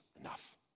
enough